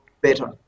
better